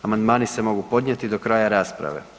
Amandmani se mogu podnijeti do kraja rasprave.